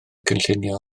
cynllunio